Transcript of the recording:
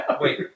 Wait